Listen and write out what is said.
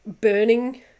burning